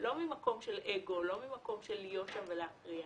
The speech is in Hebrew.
לא ממקום של אגו, לא ממקום של להיות שם ולהכריח,